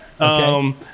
Okay